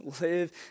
live